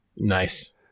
Nice